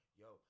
yo